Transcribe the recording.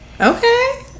Okay